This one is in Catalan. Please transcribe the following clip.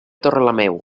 torrelameu